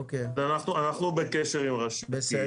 אנחנו בקשר עם ראשי הקהילה.